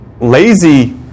lazy